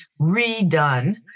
redone